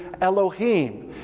Elohim